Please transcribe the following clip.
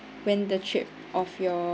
when the trip of your